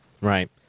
Right